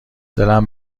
دلم